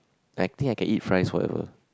I think I can eat fries forever